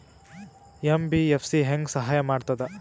MBFC ಹೆಂಗ್ ಸಹಾಯ ಮಾಡ್ತದ?